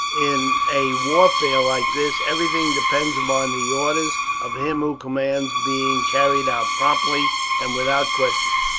in a warfare like this everything depends upon the orders of him who commands being carried out promptly and without question.